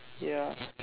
ya